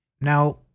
Now